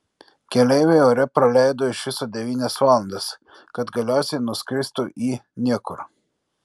keleiviai ore praleido iš viso devynias valandas kad galiausiai nuskristų į niekur